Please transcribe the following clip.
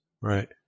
Right